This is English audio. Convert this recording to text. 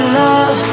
love